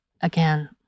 again